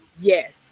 yes